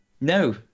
No